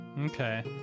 Okay